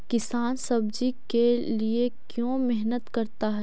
किसान सब्जी के लिए क्यों मेहनत करता है?